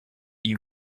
you